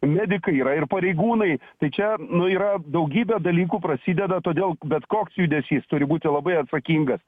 medikai yra ir pareigūnai tai čia nu yra daugybė dalykų prasideda todėl bet koks judesys turi būti labai atsakingas